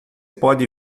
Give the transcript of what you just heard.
pode